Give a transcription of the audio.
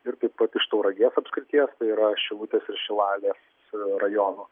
ir taip pat iš tauragės apskrities tai yra šilutės ir šilalės rajono